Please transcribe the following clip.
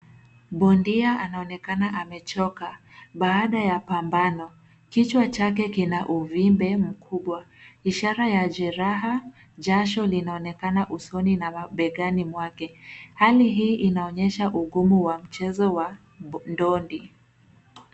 Bondia anaonekana amechoka baada ya pambano. Kichwa chake kina uvimbe mkubwa ishara ya jeraha. Jasho linaonekana usoni na mabegani mwake. Hali hii inaonyesha ugumu wa mchezo wa ndondi.